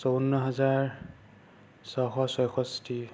চৌৱন্ন হাজাৰ ছশ চৌষষ্ঠি